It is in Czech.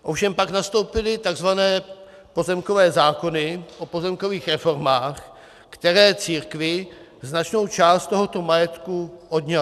Ovšem pak nastoupily takzvané pozemkové zákony o pozemkových reformách, které církvi značnou část tohoto majetku odňaly.